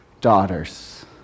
daughters